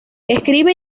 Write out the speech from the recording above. escribe